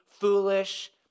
foolish